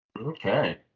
Okay